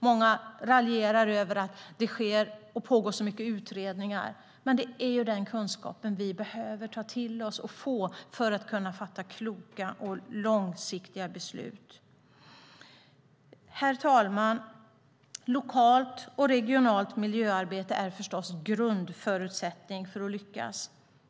Många raljerar över att det görs så många utredningar, men det är denna kunskap vi behöver ta till oss och få för att kunna fatta kloka och långsiktiga beslut. Herr talman! Lokalt och regionalt miljöarbete är förstås en grundförutsättning för att lyckas.